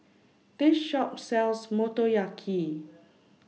This Shop sells Motoyaki